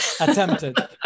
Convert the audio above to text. Attempted